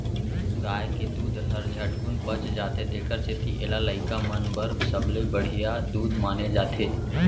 गाय के दूद हर झटकुन पच जाथे तेकर सेती एला लइका मन बर सबले बड़िहा दूद माने जाथे